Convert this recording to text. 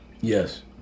Yes